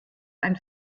ein